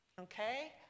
Okay